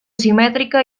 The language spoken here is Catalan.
simètrica